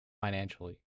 financially